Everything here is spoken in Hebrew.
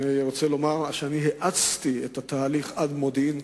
אני רוצה לומר שהאצתי את התהליך עד מודיעין,